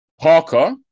Parker